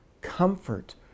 comfort